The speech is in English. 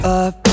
up